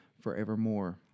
forevermore